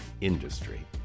industry